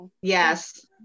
yes